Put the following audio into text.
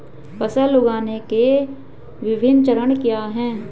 फसल उगाने के विभिन्न चरण क्या हैं?